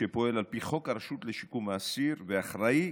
שפועל על פי חוק הרשות לשיקום האסיר ואחראי